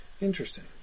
Interesting